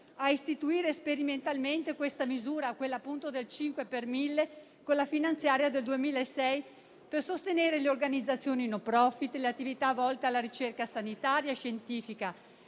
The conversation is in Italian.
a istituire sperimentalmente questa misura, quella appunto del 5 per mille, con la legge finanziaria del 2006, per sostenere le organizzazioni *non profit*, le attività volte alla ricerca sanitaria e scientifica,